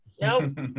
Nope